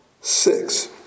Six